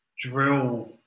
drill